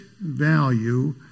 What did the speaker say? value